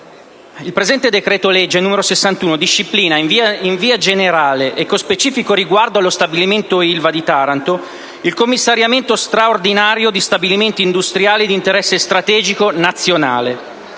Il decreto-legge n. 61 disciplina, in via generale e con specifico riguardo allo stabilimento Ilva di Taranto, il commissariamento straordinario di stabilimenti industriali di interesse strategico nazionale,